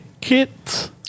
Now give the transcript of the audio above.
Kit